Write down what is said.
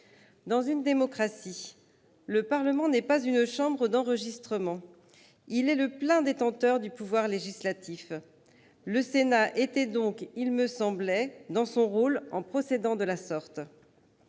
Dans une démocratie, le Parlement n'est pas une chambre d'enregistrement ; il est le plein détenteur du pouvoir législatif. Le Sénat était donc dans son rôle, me semblait-il, en procédant de la sorte.